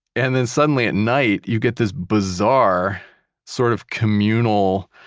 and then suddenly at night, you get this bizarre sort of communal,